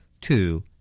two